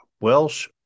Welsh